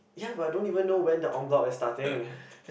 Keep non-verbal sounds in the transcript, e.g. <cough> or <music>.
ya but I don't even know when the en-bloc is starting <breath>